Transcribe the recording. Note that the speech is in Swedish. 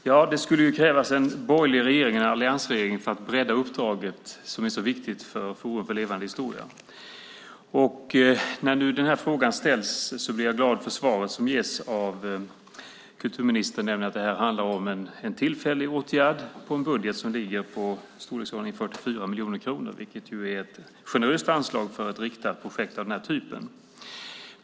Herr talman! Det krävdes en borgerlig regering, en alliansregering, för att bredda uppdraget, som är så viktigt, för Forum för levande historia. När frågan nu ställs blir jag glad för svaret som ges av kulturministern, nämligen att det handlar om en tillfällig åtgärd på en budget som ligger i storleksordningen 44 miljoner kronor. Det är ett generöst anslag för riktade projekt av den typen.